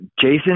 Jason